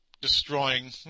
destroying